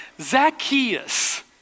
Zacchaeus